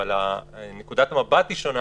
אבל נקודת המבט היא שונה,